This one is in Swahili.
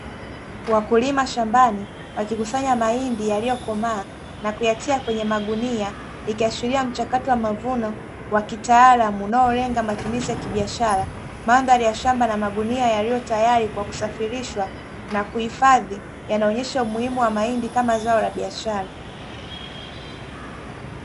Wakulima shambani wakikusanya mahindi yaliyokomaa na kuyatia kwenye magunia, ikishiria mchakato wa mavuno wa kitaalamu unaolenga matumizi ya kibiashara. Mandhari ya shamba na magunia yaliyo tayari kwa kusafirishwa na kuhifadhi yanaonyesha umuhimu wa mahindi kama zao la biashara."